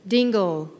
Dingle